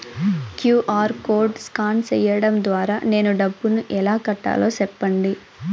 QR code scan సేయడం ద్వారా నేను డబ్బును ఎలా కట్టాలో సెప్పండి?